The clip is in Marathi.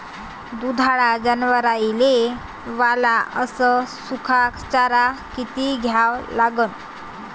दुधाळू जनावराइले वला अस सुका चारा किती द्या लागन?